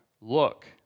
Look